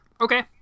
Okay